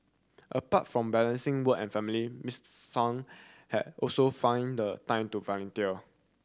apart from balancing work and family Miss Sun had also find the time to volunteer